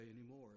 anymore